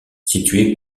situé